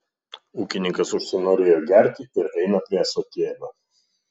ūkininkas užsinorėjo gerti ir eina prie ąsotėlio